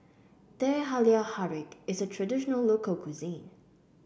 Teh Halia Tarik is a traditional local cuisine